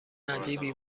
عجیبی